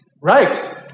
Right